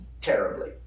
terribly